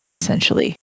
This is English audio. essentially